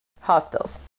hostels